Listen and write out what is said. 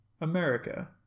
America